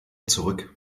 zurück